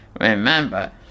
remember